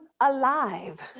alive